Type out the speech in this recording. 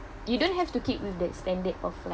you don't have to keep with that standard of